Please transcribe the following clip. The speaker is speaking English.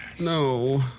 No